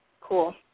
cool